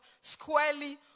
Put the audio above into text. squarely